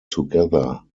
together